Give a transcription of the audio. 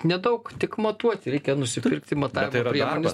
nedaug tik matuoti reikia nusipirkti matavimo priemones